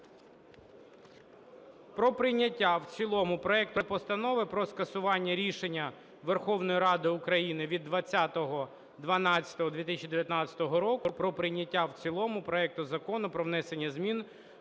про прийняття в цілому проекту Постанови про скасування рішення Верховної Ради України від 20.12.2019 року про прийняття в цілому проекту Закону про внесення змін